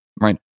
right